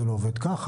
זה לא עובד ככה,